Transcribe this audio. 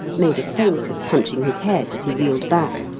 made a feint of punching his head as he reeled back,